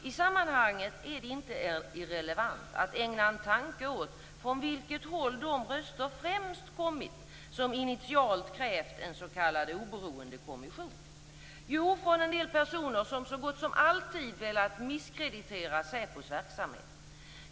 I sammanhanget är det inte irrelevant att ägna en tanke åt från vilket håll de röster främst kommit som initialt krävt en s.k. oberoende kommission. Jo, det handlar om en del personer som så gott som alltid velat misskreditera SÄPO:s verksamhet.